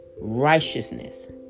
righteousness